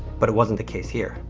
but, it wasn't the case here,